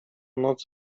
noc